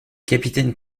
capitaine